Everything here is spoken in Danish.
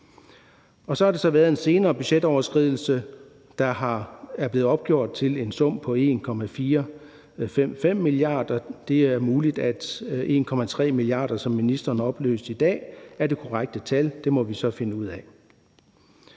kr. Så har der så været en senere budgetoverskridelse, der er blevet opgjort til en sum på 1,455 mia. kr., men det er muligt, at 1,3 mia. kr., som ministeren oplyste i dag, er det korrekte tal. Det må vi så finde ud af.